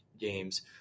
games